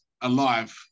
alive